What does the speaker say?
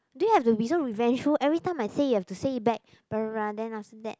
do you have to be so revengeful every time I say you have to say it back blah blah blah then after that